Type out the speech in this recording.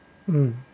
mm